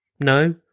No